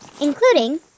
including